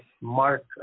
mark